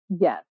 Yes